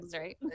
right